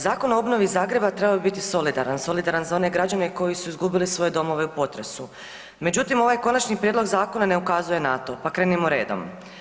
Zakon o obnovi Zagreba trebao bi biti solidaran, solidaran za one građani koji su izgubili svoje domove u potresu međutim ovaj konačni prijedlog zakona ne ukazuje na to pa krenimo redom.